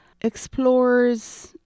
explores